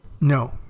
No